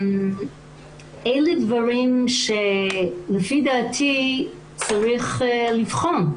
אלה דברים שלפי דעתי צריך לבחון.